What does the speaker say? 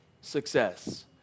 success